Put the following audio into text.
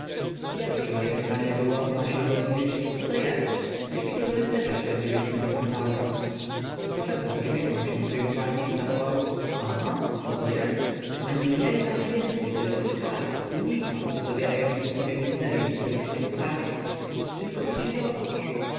pierwsze mo e pytanie było ma się rozumieć co to est jakiego to rycerza średniowiecznego fantaz a profesor uśmiechnął się tryumfalnie i zawołał aha co to est ani mnie ani więce tylko skarb unikat zawiera ący w sobie misterium pyszne i straszne tylko chodź i zobacz